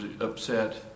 upset